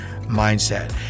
mindset